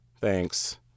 Thanks